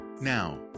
Now